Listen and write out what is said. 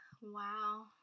Wow